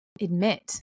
admit